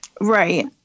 right